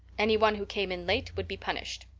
anyone who came in late would be punished.